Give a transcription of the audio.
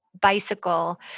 bicycle